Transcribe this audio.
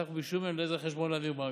סך הכול ביקשו מהם לאיזה חשבון להעביר בבנק.